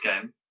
game